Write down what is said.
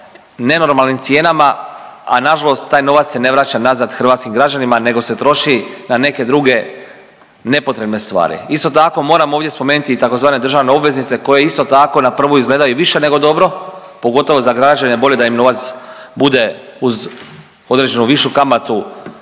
nenormalnim cijenama, a nažalost taj novac se ne vraća nazad hrvatskim građanima nego se troši na neke druge nepotrebne stvari. Isto tako moram ovdje spomenuti i tzv. državne obveznice koje isto tako na prvu izgledaju više nego dobro, pogotovo za građane bolje da im novac bude uz određenu višu kamatu